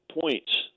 Points